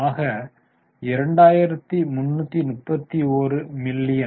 ஆக 2331 மில்லியன்